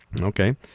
Okay